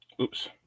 Oops